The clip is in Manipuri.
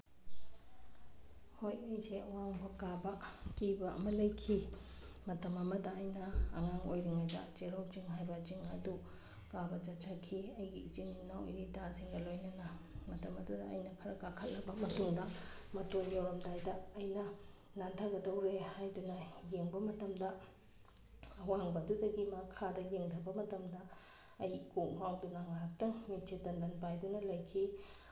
ꯍꯣꯏ ꯑꯩꯁꯦ ꯑꯋꯥꯡꯕ ꯀꯥꯕ ꯀꯤꯕ ꯑꯃ ꯂꯩꯈꯤ ꯃꯇꯝ ꯑꯃꯗ ꯑꯩꯅ ꯑꯉꯥꯡ ꯑꯣꯏꯔꯤꯉꯩꯗ ꯆꯩꯔꯥꯎꯆꯤꯡ ꯍꯥꯏꯕ ꯆꯤꯡ ꯑꯗꯨ ꯀꯥꯕ ꯆꯠꯆꯈꯤ ꯑꯩꯒꯤ ꯏꯆꯤꯟ ꯏꯅꯥꯎ ꯏꯇꯥꯁꯤꯡꯒ ꯂꯣꯏꯅꯅ ꯃꯇꯝ ꯑꯗꯨꯗ ꯑꯩꯅ ꯈꯔ ꯀꯥꯈꯠꯂꯕ ꯃꯇꯨꯡꯗ ꯃꯇꯣꯟ ꯌꯧꯔꯝꯗꯥꯏꯗ ꯑꯩꯅ ꯅꯥꯟꯊꯒꯗꯧꯔꯦ ꯍꯥꯏꯗꯨꯅ ꯌꯦꯡꯕ ꯃꯇꯝꯗ ꯑꯋꯥꯡꯕ ꯑꯗꯨꯗꯒꯤ ꯃꯈꯥꯗ ꯌꯦꯡꯊꯕ ꯃꯇꯝꯗ ꯑꯩ ꯀꯣꯛ ꯉꯥꯎꯗꯨꯅ ꯉꯥꯏꯍꯥꯛꯇꯪ ꯃꯤꯠꯁꯦ ꯇꯟꯗꯟ ꯄꯥꯏꯗꯨꯅ ꯂꯩꯈꯤ